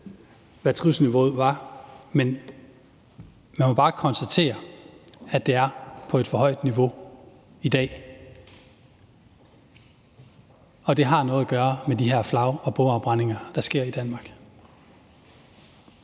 med trusselsniveauet, men man må bare konstatere, at det er på et for højt niveau i dag, og det har noget at gøre med de her flag- og bogafbrændinger, der sker i Danmark.